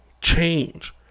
change